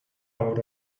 out